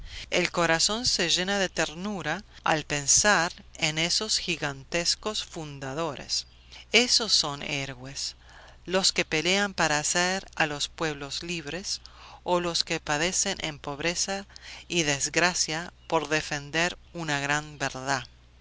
el corazón se llena de ternura al pensar en esos gigantescos fundadores esos son héroes los que pelean para hacer a los pueblos libres o los que padecen en pobreza y desgracia por defender una gran verdad